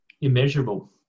immeasurable